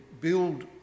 build